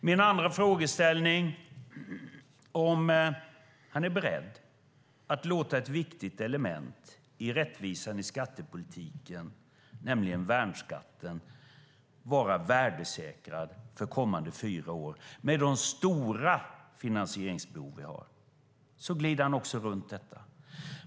Min andra frågeställning är om han är beredd att låta ett viktigt element i rättvisan i skattepolitiken, nämligen värnskatten, vara värdesäkrad för kommande fyra år med de stora finansieringsbehov vi har. Men han glider runt även det.